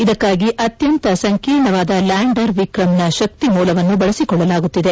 ಇದಕ್ಕಾಗಿ ಅತ್ಯಂತ ಸಂಕೀರ್ಣವಾದ ಲ್ಯಾಂಡರ್ ವಿಕ್ರಂನ ಶಕ್ತಿ ಮೂಲವನ್ನು ಬಳಸಿಕೊಳ್ಳಲಾಗುತ್ತಿದೆ